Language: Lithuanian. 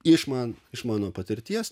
iš man iš mano patirties